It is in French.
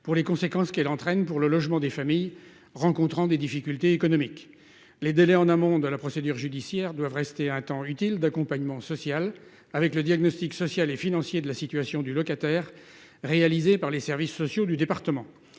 pour les conséquences qu'elle entraîne pour le logement des familles rencontrant des difficultés économiques les délais en amont de la procédure judiciaire doivent rester un temps utile d'accompagnement social avec le diagnostic social et financier de la situation du locataire réalisé par les services sociaux du département,